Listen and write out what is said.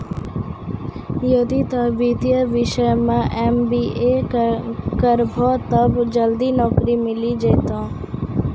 यदि तोय वित्तीय विषय मे एम.बी.ए करभो तब जल्दी नैकरी मिल जाहो